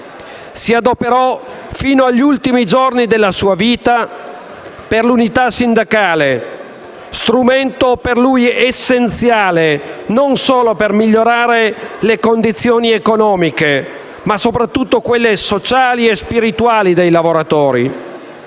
Si adoperò, fino agli ultimi giorni della sua vita, per l'unità sindacale, strumento per lui essenziale per migliorare non solo le condizioni economiche, ma soprattutto quelle sociali e spirituali dei lavoratori,